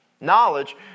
Knowledge